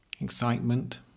Excitement